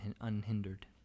unhindered